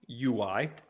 UI